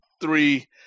three